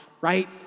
right